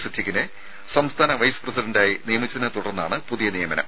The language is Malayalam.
സിദ്ദിഖിനെ സംസ്ഥാന വൈസ് പ്രസിഡന്റായി നിയമിച്ചതിനെത്തുടർന്നാണ് പുതിയ നിയമനം